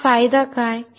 आता फायदा काय